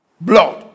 Blood